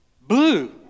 Blue